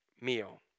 meal